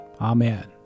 Amen